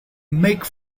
make